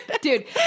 Dude